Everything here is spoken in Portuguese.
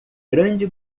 grande